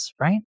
right